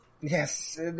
Yes